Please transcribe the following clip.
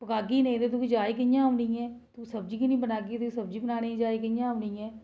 खाल्ली